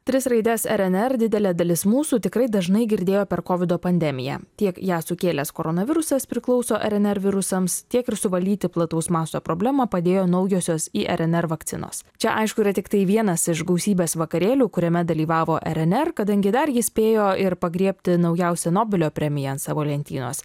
tris raides rnr didelė dalis mūsų tikrai dažnai girdėjo per kovido pandemiją tiek ją sukėlęs koronavirusas priklauso rnr virusams tiek ir suvaldyti plataus masto problemą padėjo naujosios irnr vakcinos čia aišku yra tiktai vienas iš gausybės vakarėlių kuriame dalyvavo rnr kadangi dar ji spėjo ir pagriebti naujausią nobelio premiją ant savo lentynos